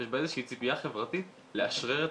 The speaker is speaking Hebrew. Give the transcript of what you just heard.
שיש בה איזה שהיא ציפייה חברתית לאשרר את